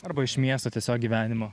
arba iš miesto tiesiog gyvenimo